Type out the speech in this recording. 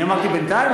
אני אמרתי בינתיים?